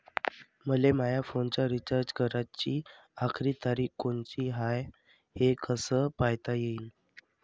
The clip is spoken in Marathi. मले माया फोनचा रिचार्ज कराची आखरी तारीख कोनची हाय, हे कस पायता येईन?